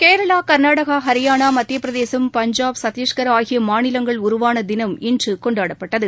கேரளா கர்நாடகா ஹரியானா மத்திய பிரதேஷ் பஞ்சாப் சத்திஷ்கர் ஆகிய மாநிலங்கள் உருவான தினம் இன்று கொண்டாடப்பட்டது